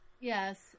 Yes